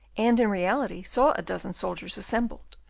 and in reality saw a dozen soldiers assembled.